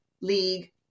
League